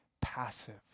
passive